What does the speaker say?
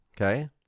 okay